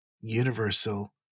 universal